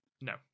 No